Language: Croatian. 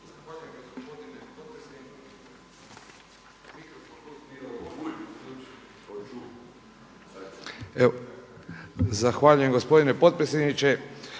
Zahvaljujem gospodine potpredsjedniče.